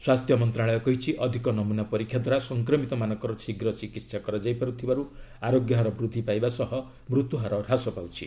ସ୍ୱାସ୍ଥ୍ୟ ମନ୍ତ୍ରଣାଳୟ କହିଛି ଅଧିକ ନମ୍ରନା ପରୀକ୍ଷାଦ୍ୱାରା ସଂକ୍ରମିତମାନଙ୍କର ଶୀଘ୍ର ଚିକିହା କରାଯାଇପାର୍ଥିବାର୍ ଆରୋଗ୍ୟ ହାର ବୃଦ୍ଧି ପାଇବା ସହ ମୃତ୍ୟହାର ହ୍ରାସ ପାଉଛି